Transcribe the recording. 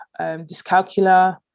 dyscalculia